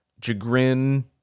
Jagrin